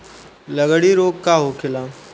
लगड़ी रोग का होखेला?